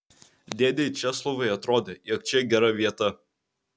dėdei česlovui atrodė jog čia gera vieta